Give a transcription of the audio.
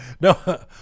no